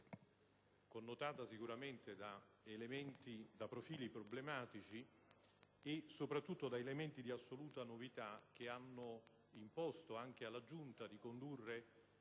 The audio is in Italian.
connotata da profili problematici e, soprattutto, da elementi di assoluta novità, che hanno imposto anche alla Giunta di condurre